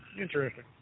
Interesting